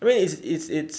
you know it's it's it's